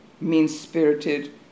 mean-spirited